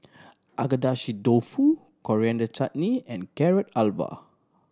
Agedashi Dofu Coriander Chutney and Carrot Halwa